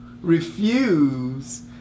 refuse